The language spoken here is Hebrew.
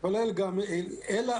כמו מעבדות ודברים כאלה,